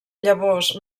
llavors